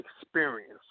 experience